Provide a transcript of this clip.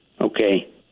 Okay